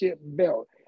belt